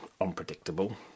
unpredictable